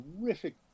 terrific